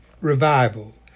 revival